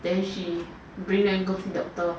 then she bring them go see doctor